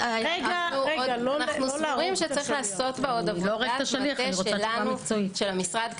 אנו סבורים שיש לעשות בה עוד עבודת מטה שלנו של המשרד.